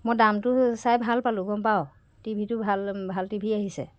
মই দামটো চাই ভাল পালোঁ গম পাৱ টিভি টো ভাল ভাল টিভি আহিছে